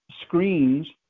screens